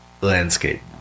landscape